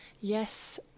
Yes